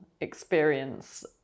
experience